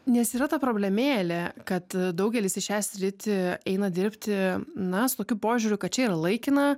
nes yra ta problemėlė kad daugelis į šią sritį eina dirbti na su tokiu požiūriu kad čia yra laikina